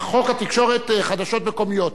חוק התקשורת, חדשות מקומיות.